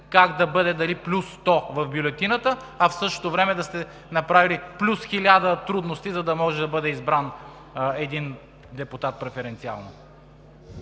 как да бъде – дали плюс 100 в бюлетината, а в същото време да сте направили плюс 1000 трудности, за да може да бъде избран един депутат преференциално!